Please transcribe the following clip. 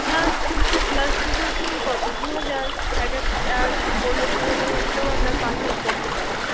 plus প্লাস্টিকের ফুল কতো দু হাজার এক এক আর মণ্ডপ সাজানোয় হয়তো পাঁচ হাজার পড়তে পারে